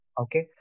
Okay